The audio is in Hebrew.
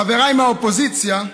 חבריי מהאופוזיציה,